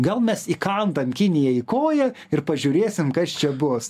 gal mes įkandam kinijai koją ir pažiūrėsim kas čia bus